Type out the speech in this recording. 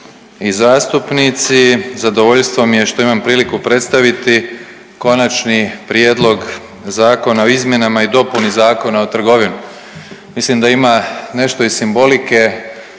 i zastupnici. Zadovoljstvo mi je što imam priliku predstaviti Konačni prijedlog zakona o izmjenama i dopuni Zakona o trgovini. Mislim da ima nešto i simbolike